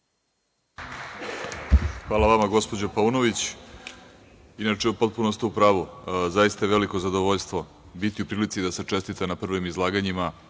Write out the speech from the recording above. Hvala vama, gospođo Paunović. Inače, potpuno ste u pravu, zaista je veliko zadovoljstvo biti u prilici da se čestita na prvim izlaganjima